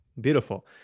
Beautiful